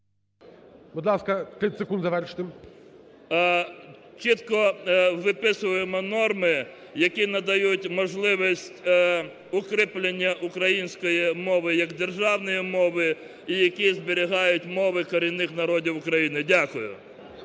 Будь ласка, 30 секунд завершити. ЧУБАРОВ Р.А. Чітко виписуємо норми, які надають можливість укріплення української мови як державної мови і які зберігають мови корінних народів України. Дякую.